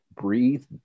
breathe